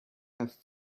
have